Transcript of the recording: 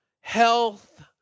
health